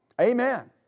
Amen